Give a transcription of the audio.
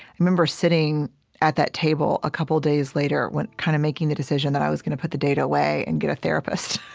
i remember sitting at that table a couple of days later kind of making the decision that i was going to put the data away and get a therapist